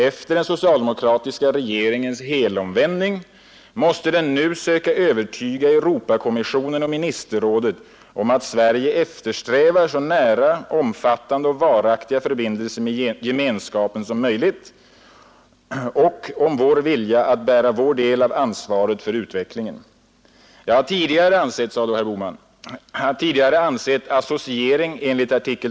Efter den socialdemokratiska regeringens helomvändning måste den nu söka övertyga Europakommissionen och ministerrådet om att Sverige eftersträver så nära, omfattande och varaktiga förbindelser med gemenskapen som möjligt och om vår vilja att bära vår del av ansvaret för utvecklingen. Jag har tidigare ansett associering enligt art.